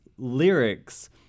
Lyrics